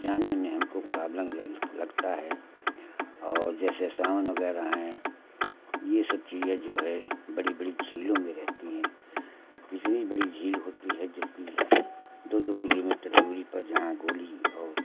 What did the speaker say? जाने में हमको प्रॉब्लम भी लग लगता है और जैसे स्वान वगैरह हैं यह सब चीज़ें जो है बड़ी बड़ी झीलों में रहती हैं इतनी बड़ी झील होती हैं जबकि दो दो किलोमीटर दूरी पर जहाँ गोली और